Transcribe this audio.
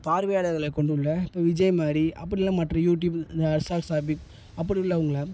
பார்வையாளர்களை கொண்டுள்ள இப்போ விஜய் மாதிரி அப்படி இல்லைன்னா மற்ற யூடியூப் இந்த ஹர்ஷா சாபிக் அப்படி உள்ளவங்களை